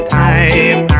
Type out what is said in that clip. time